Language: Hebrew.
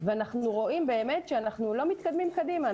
ואנחנו רואים באמת שאנחנו לא מתקדמים קדימה.